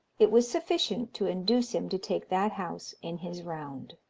it was sufficient to induce him to take that house in his round.